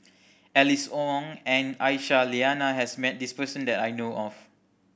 Alice Ong and Aisyah Lyana has met this person that I know of